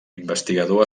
investigador